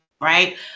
right